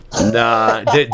Nah